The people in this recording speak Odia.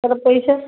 ତା'ର ପଇସା